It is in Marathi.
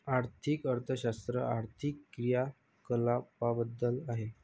आर्थिक अर्थशास्त्र आर्थिक क्रियाकलापांबद्दल आहे